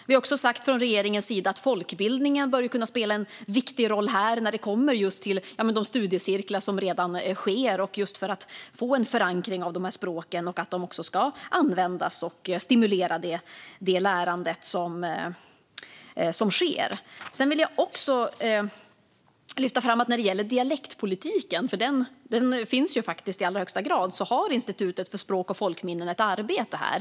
Vi har också sagt från regeringens sida att folkbildningen bör kunna spela en viktig roll här när det handlar om de studiecirklar som redan finns, för att få en förankring av de här språken och för att stimulera det lärande och användande som sker. Jag vill också lyfta fram att när det gäller dialektpolitiken - för den finns faktiskt i allra högsta grad - har Institutet för språk och folkminnen ett arbete här.